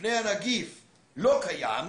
מפני הנגיף לא קיים,